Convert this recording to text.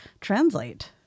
translate